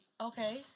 Okay